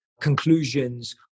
conclusions